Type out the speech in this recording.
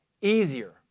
easier